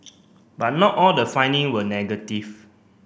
but not all the finding were negative